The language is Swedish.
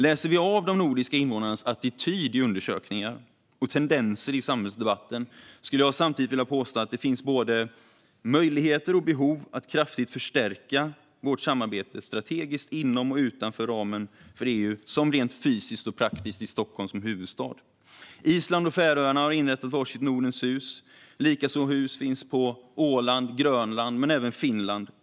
Läser vi av de nordiska invånarnas attityder i undersökningar och tendenser i samhällsdebatten skulle jag samtidigt vilja påstå att det finns både möjligheter och behov av att kraftigt förstärka vårt samarbete strategiskt inom och utanför ramen för EU, liksom rent fysiskt och praktiskt i Stockholm som huvudstad. Island och Färöarna har inrättat var sitt Nordens hus. Liknande hus finns på Åland och Grönland men även i Finland.